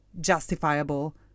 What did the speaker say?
justifiable